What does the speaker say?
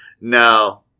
No